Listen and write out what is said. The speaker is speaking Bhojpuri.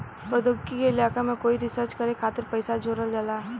प्रौद्योगिकी के इलाका में कोई रिसर्च करे खातिर पइसा जोरल जाला